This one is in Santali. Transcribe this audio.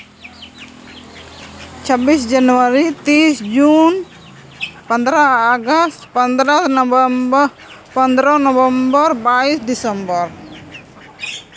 ᱪᱷᱟᱵᱵᱤᱥ ᱡᱟᱱᱩᱣᱟᱨᱤ ᱛᱨᱤᱥ ᱡᱩᱱ ᱯᱚᱱᱮᱨᱚ ᱟᱜᱚᱥᱴ ᱯᱚᱱᱮᱨᱚ ᱱᱚᱵᱷᱮᱢᱵᱚᱨ ᱯᱚᱱᱮᱨᱚ ᱱᱚᱵᱷᱮᱢᱵᱚ ᱵᱟᱭᱤᱥ ᱰᱤᱥᱮᱢᱵᱚᱨ